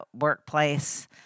workplace